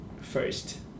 first